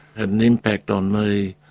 had an impact on me,